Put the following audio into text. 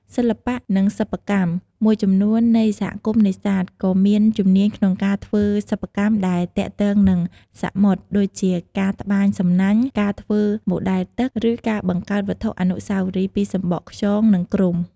សិល្បៈ និងសិប្បកម្ម មួយចំនួននៃសហគមន៍នេសាទក៏មានជំនាញក្នុងការធ្វើសិប្បកម្មដែលទាក់ទងនឹងសមុទ្រ ដូចជាការត្បាញសំណាញ់ ការធ្វើម៉ូដែលទូក ឬការបង្កើតវត្ថុអនុស្សាវរីយ៍ពីសម្បកខ្យង និងគ្រំ។